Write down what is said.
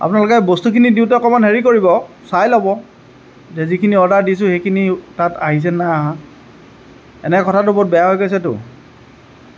আপোনালোকে বস্তুখিনি দিওঁতে অকণমান হেৰি কৰিব চাই ল'ব যিখিনি অৰ্ডাৰ দিছোঁ সেইখিনি তাত আহিছে নাই অহা এনেকৈ কথাটো বহুত বেয়া হৈ গৈছেতো